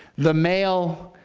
the male,